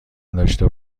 داشته